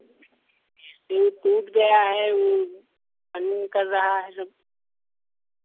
ये टूट गया है वो पानी निकल रहा है सब